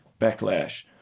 backlash